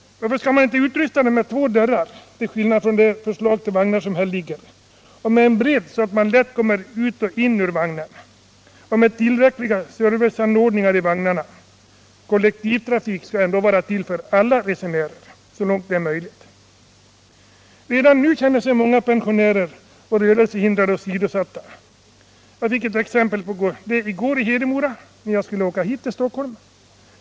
Varför skall man inte utrusta dem med två dörrar i stället för med en, som i det förslag till vagnar som nu föreligger, och med sådan bredd att resenärerna lätt kommer in i och ut ur vagnarna samt med tillräckliga serviceanordningar i vagnarna? Kollektivtrafik skall dock så långt det är möjligt vara till för alla resenärer. Redan nu känner sig många pensionärer och rörelsehindrade åsidosatta. Jag fick ett exempel på det i går i Hedemora, när jag skulle åka hit till Stockholm.